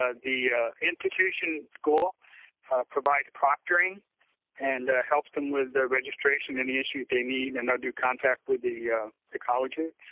ah the institution school provides proctoring and helps them with their registration and the issues they need. and they'll do contact with the the colleges.